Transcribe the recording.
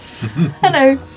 Hello